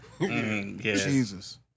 Jesus